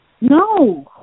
No